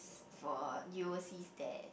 it's for U_O_C dare